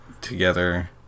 Together